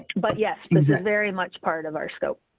but yes, this is very much part of our scope.